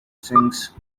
sings